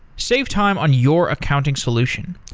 save time on your accounting solution.